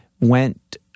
went